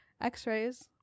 x-rays